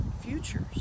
futures